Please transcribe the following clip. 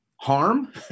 harm